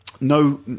no